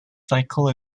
cycle